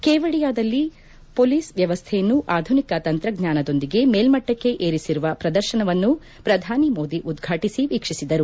ಕೇವಡಿಯಾದಲ್ಲಿ police ವ್ಯವಸ್ಥೆಯನ್ನು ಆಧುನಿಕ ತಂತ್ರಜ್ಞಾನದೊಂದಿಗೆ ಮೇಲ್ಮಟ್ಚಕ್ಕೆ ಏರಿಸಿರುವ ಪ್ರದರ್ಶನವನ್ನು ಪ್ರಧಾನಿ ಮೋದಿ ಉದ್ಘಾಟಿಸಿ ವೀಕ್ಷಿಸಿದರು